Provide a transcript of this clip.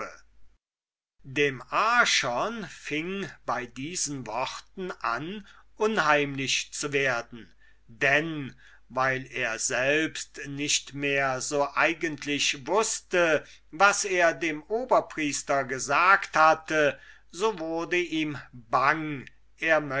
dem archon fing bei diesen worten an unheimlich zu werden denn weil er selbst nicht mehr so eigentlich wußte was er dem oberpriester gesagt hatte so wurde ihm bange